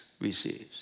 receives